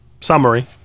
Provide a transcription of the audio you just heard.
summary